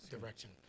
direction